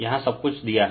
यहाँ सब कुछ दिया हैं